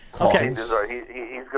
okay